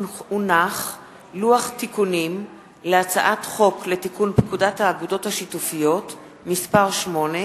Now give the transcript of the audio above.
לוח תיקונים להצעת חוק לתיקון פקודת האגודות השיתופיות (מס' 8),